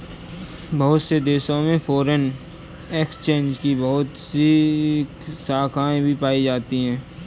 बहुत से देशों में फ़ोरेन एक्सचेंज की बहुत सी शाखायें भी पाई जाती हैं